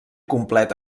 complet